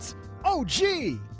oh gee,